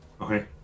Okay